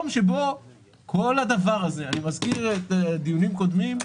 אני מזכיר דיונים קודמים,